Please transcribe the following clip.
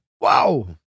Wow